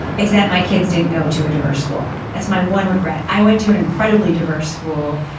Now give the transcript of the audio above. it's that my kids didn't go to a diverse school. that's my one regret. i went to an incredibly diverse school.